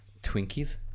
Twinkies